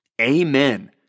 Amen